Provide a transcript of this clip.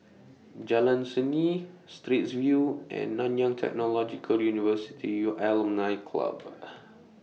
Jalan Seni Straits View and Nanyang Technological University U Alumni Club